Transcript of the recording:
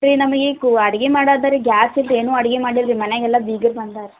ನಮಗೀಗ ಅಡಿಗೆ ಮಾಡೋದದರಿ ಗ್ಯಾಸ್ ಇಲ್ದೇ ಏನು ಅಡಿಗೆ ಮಾಡಿಲ್ಲ ರೀ ಮನೆಗೆಲ್ಲ ಬೀಗರು ಬಂದಾರೆ ರೀ